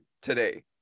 today